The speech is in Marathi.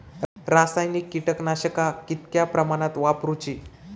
रासायनिक कीटकनाशका कितक्या प्रमाणात वापरूची?